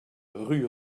rue